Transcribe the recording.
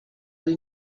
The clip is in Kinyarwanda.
ari